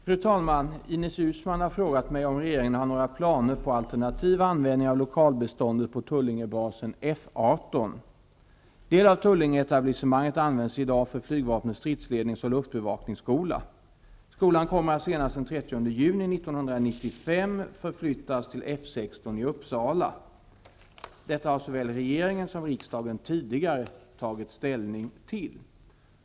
Fru talman! Ines Uusmann har frågat mig om regeringen har några planer på alternativ användning av lokalbeståndet på Tullingebasen Del av Tullingeetablissemanget används i dag för flygvapnets stridslednings och luftbevakningsskola. Skolan kommer att senast den 30 juni 1995 förflyttas till F16 i Uppsala. Detta har såväl regeringen som riksdagen tidigare tagit ställning till.